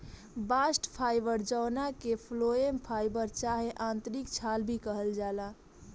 bast fibre जवना के phloem fibre चाहे आंतरिक छाल भी कहल जाला